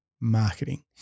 marketing